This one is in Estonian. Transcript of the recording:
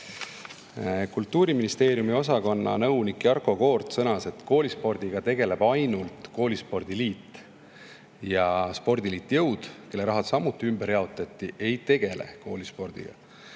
Kultuuriministeeriumi osakonna nõunik Jarko Koort sõnas, et koolispordiga tegeleb ainult koolispordi liit. Spordiliit Jõud, kelle raha samuti ümber jaotati, koolispordiga